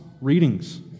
readings